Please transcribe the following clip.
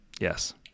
Yes